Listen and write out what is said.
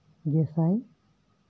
ᱜᱮᱥᱟᱭ